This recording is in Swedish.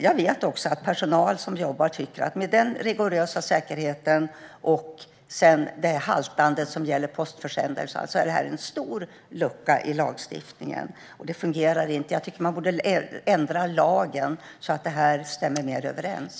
Jag vet att personal tycker att denna rigorösa säkerhet haltar när det gäller postförsändelser och att det innebär en stor lucka i lagstiftningen. Det fungerar inte, och jag tycker att man borde ändra lagen så att det stämmer bättre överens.